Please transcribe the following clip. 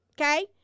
Okay